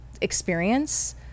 experience